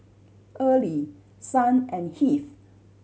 early Son and Heath